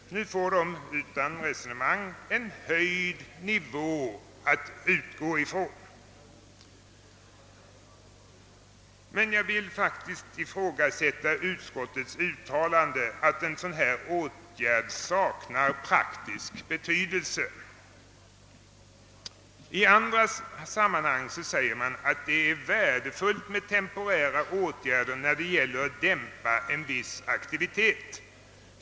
Nu får den utan allt resonemang en höjd nivå att utgå ifrån. Jag vill faktiskt ifrågasätta utskottets uttalande att en sådan åtgärd skulle sakna praktisk betydelse. I andra sammanhang säger man att det är värdefullt med temporära åtgärder när det gäller att dämpa en viss aktivitet.